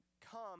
come